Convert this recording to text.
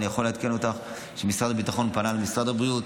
אני יכול לעדכן אותך שמשרד הביטחון פנה למשרד הבריאות,